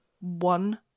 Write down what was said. one-